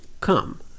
come